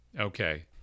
Okay